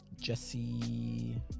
Jesse